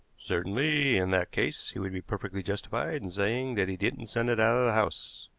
certainly in that case he would be perfectly justified in saying that he didn't send it out of the house,